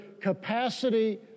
capacity